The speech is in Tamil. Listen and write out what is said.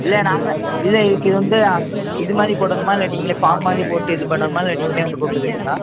இல்லை நாங்கள் இல்லை இதுக்கு இது வந்து இதுமாதிரி போடணுமா இல்லை நீங்களே ஃபார்ம் மாதிரி போட்டு இது பண்ணணுமா இல்லை நீங்களே வந்து கூப்பிட்டுக்குறீங்களா